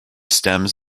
stems